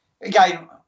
again